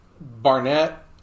Barnett